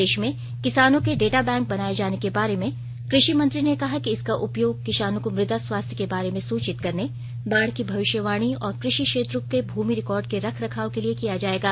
देश में किसानों के डेटा बैंक बनाए जाने के बारे में कृषि मंत्री ने कहा कि इसका उपयोग किसानों को मृदा स्वास्थ्य के बारे में सूचित करने बाढ़ की भविष्यवाणी और कृषि क्षेत्रों के भूमि रिकॉर्ड के रखरखाव के लिए किया जाएगा